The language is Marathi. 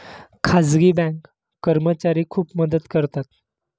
खाजगी बँक कर्मचारी खूप मदत करतात